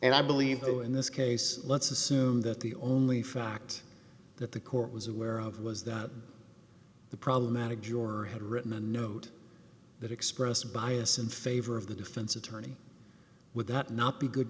and i believe though in this case let's assume that the only fact that the court was aware of was that the problematic george had written a note that expressed bias in favor of the defense attorney would that not be good